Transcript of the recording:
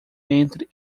entre